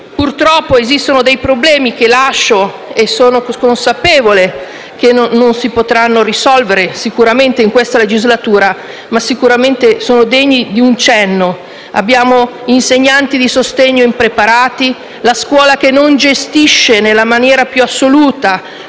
Purtroppo, esistono problemi che lascio e - ne sono consapevole - non si potranno risolvere sicuramente in questa legislatura, ma che certamente sono degni di un cenno. Abbiamo insegnanti di sostegno impreparati; una scuola che non gestisce nella maniera più assoluta